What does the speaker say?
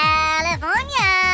California